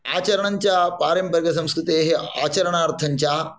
आचरणञ्च पारम्परिकसंस्कृतेः आचरणार्थञ्च